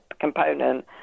component